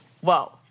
whoa